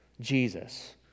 Jesus